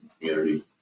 community